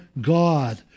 God